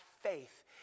faith